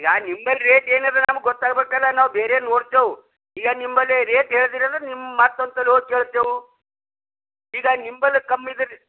sir ನಿಂಬಲ್ಲಿ rate ಏನದ ನಮಗೆ ಗೊತ್ತಾಗಬೇಕಲ್ಲ ನಾವು ಬೇರೆ ನೋಡ್ತೇವೆ ಈಗ ನಿಂಬಲ್ಲಿ ರೇಟ್ ಹೇಳಿದಿರಿ ಅಂದ್ರೆ ನಿಮ್ಮ ಮತ್ತೊಂದು ಕಡೆ ಹೋಗಿ ಕೇಳ್ತೇವೆ ಈಗ ನಿಂಬಲ್ಲಿ ಕಮ್ಮಿ ಇದ್ರೆ